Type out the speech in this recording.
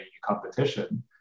competition